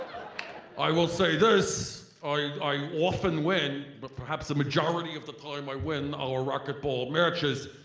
i will say this i often win, but perhaps the majority of the time i win our racquetball matches.